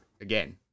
again